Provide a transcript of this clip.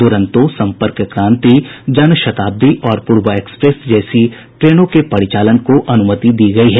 दुरंतो संपर्क क्रांति जनशताब्दी और पूर्वा एक्सप्रेस जैसी ट्रेनों के परिचालन को अनुमति दी गयी है